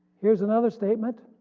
here is another statement.